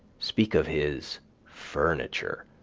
speak of his furniture,